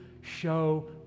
show